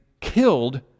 killed